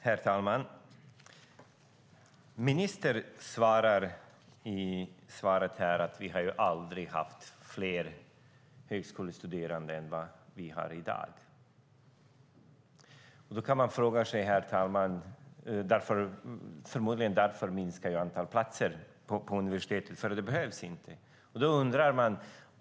Herr talman! Ministern säger i sitt svar att vi aldrig har haft fler högskolestuderande än i dag. Förmodligen minskar antalet platser på universiteten därför att de inte behövs.